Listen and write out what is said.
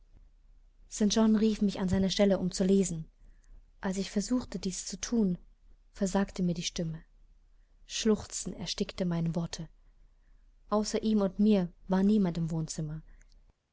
rief mich an seine seite um zu lesen als ich versuchte dies zu thun versagte mir die stimme schluchzen erstickte meine worte außer ihm und mir war niemand im wohnzimmer